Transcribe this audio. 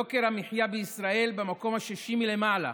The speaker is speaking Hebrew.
יוקר המחיה בישראל במקום השישי מלמעלה,